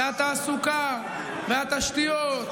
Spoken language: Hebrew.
התעסוקה והתשתיות.